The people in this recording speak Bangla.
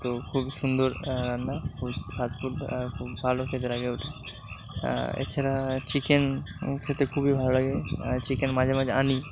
তো খুবই সুন্দর রান্না খুব ফাস্ট ফুড খুব ভালো খেতে লাগে ওটা এছাড়া চিকেন খেতে খুবই ভালো লাগে চিকেন মাঝে মাঝে আনি